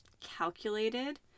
calculated